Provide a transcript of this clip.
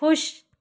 ख़ुश